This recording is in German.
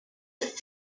ist